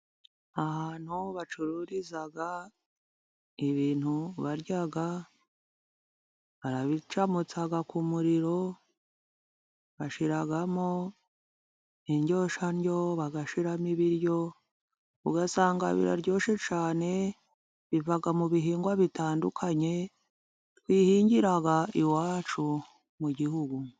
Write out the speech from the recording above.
Ahantu bacururiza ibintu barya. Barabicamutsa ku muriro, bashyiramo indyoshandyo, bagashyiramo ibiryo, ugasanga biraryoshye cyane. Biva mu bihingwa bitandukanye twihingira iwacu mu Gihugu.